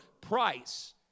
price